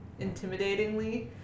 intimidatingly